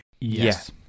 Yes